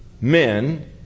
men